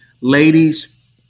Ladies